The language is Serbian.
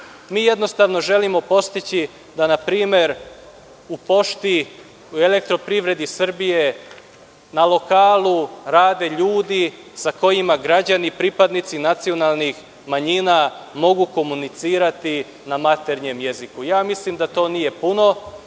Mi, jednostavno, želimo postići da, na primer, u Pošti, u „Elektroprivredi Srbije“, na lokalu, rade ljudi sa kojima građani, pripadnici nacionalnih manjina, mogu komunicirati na maternjem jeziku. Mislim da to nije puno,